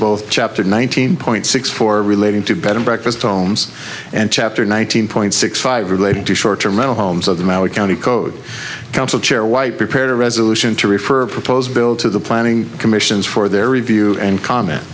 both chapter nineteen point six four relating to bed and breakfast tomes and chapter nineteen point six five relating to short term mental homes of the maori county code council chair white prepared a resolution to refer proposed bill to the planning commissions for their review and comment